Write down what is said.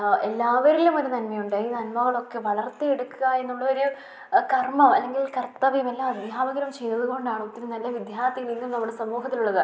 എല്ലാരിലും ഒരു നന്മയുണ്ട് ഈ നന്മകളൊക്കെ വളർത്തിയെടുക്കുക എന്നുള്ളൊരു കർമ്മം അല്ലെങ്കിൽ കർത്തവ്യം എല്ലാ അദ്ധ്യാപകരും ചെയ്തതു കൊണ്ടാണൊത്തിരി നല്ല വിദ്യാർത്ഥികളിൽ നിന്നും നമ്മുടെ സമൂഹത്തിലുള്ളത്